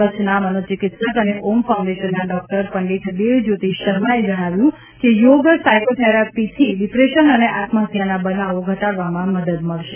કચ્છના મનોચિકિત્સક અને ઓમ ફાઉન્ડેશનના ડોક્ટર પંડિત દેવ જ્યોતિ શર્માએ જણાવ્યું કે યોગ સાયકોથેરેપીથી ડિપ્રેશન અને આત્મહત્યાના બનાવો ઘટાડવામાં મદદ મળશે